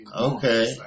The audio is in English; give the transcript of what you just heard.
Okay